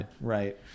Right